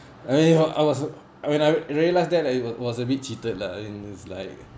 I mean I was when I realised then I was a bit cheated lah I mean it's like